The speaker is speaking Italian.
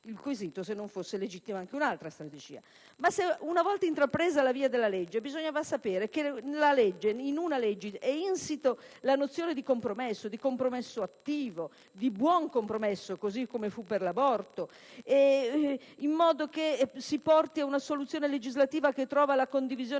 il quesito se non fosse legittima anche un'altra strategia: una volta intrapresa la via della legge, bisognava sapere che in essa è insita la nozione di compromesso attivo, di buon compromesso, così come fu per l'aborto, per giungere ad una soluzione legislativa che trovi la condivisione